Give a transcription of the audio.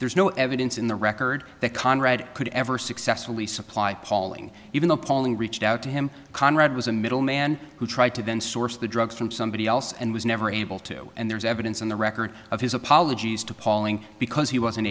there's no evidence in the record that conrad could ever successfully supply palling even though appalling reached out to him conrad was a middleman who tried to then source the drugs from somebody else and was never able to and there's evidence on the record of his apologies to palling because he was